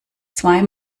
zwei